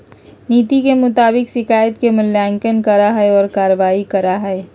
नीति के मुताबिक शिकायत के मूल्यांकन करा हइ और कार्रवाई करा हइ